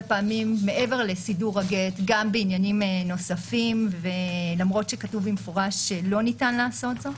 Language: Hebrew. פעמים מעבר לסידור הגט למרות שכתוב במפורש שלא ניתן לעשות זאת.